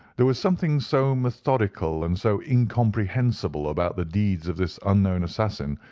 there was something so methodical and so incomprehensible about the deeds of this unknown assassin,